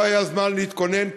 לא היה זמן להתכונן,